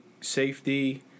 safety